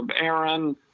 Aaron—